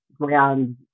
grand